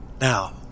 Now